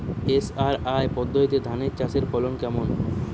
SRI পদ্ধতিতে ধান চাষের ফলন কেমন?